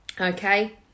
Okay